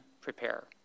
prepare